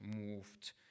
moved